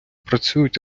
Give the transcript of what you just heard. працюють